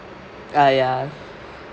uh ya